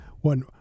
one